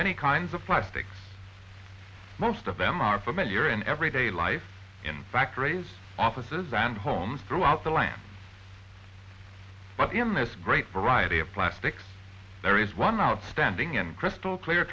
many kinds of plastics most of them are familiar in everyday life in factories offices and homes throughout the land but in this great variety of plastics there is one outstanding in crystal clear